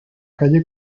calle